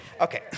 Okay